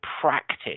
practice